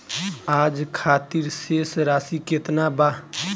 आज खातिर शेष राशि केतना बा?